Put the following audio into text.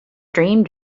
dreamed